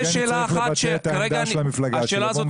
הוא רוצה לבטא את עמדת המפלגה שלו.